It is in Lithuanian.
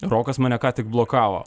rokas mane ką tik blokavo